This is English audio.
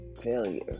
failure